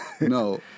no